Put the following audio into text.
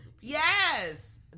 Yes